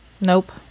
Nope